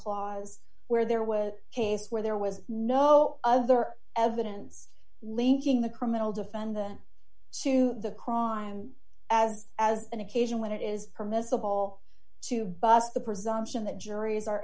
clause where there was a case where there was no other evidence linking the criminal defendant to the crime as as an occasion when it is permissible to bust the presumption that juries are